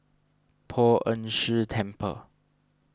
Poh Ern Shih Temple